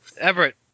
Everett